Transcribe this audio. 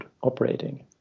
operating